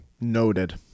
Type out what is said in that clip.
Noted